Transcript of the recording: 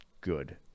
good